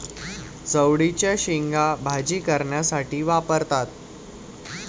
चवळीच्या शेंगा भाजी करण्यासाठी वापरतात